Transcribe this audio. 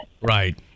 Right